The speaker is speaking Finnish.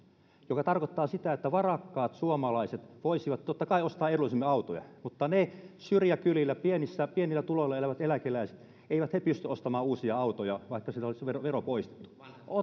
mikä tarkoittaa sitä että varakkaat suomalaiset voisivat totta kai ostaa edullisemmin autoja mutta ne syrjäkylillä pienillä tuloilla elävät eläkeläiset eivät pysty ostamaan uusia autoja vaikka siitä olisi vero vero poistettu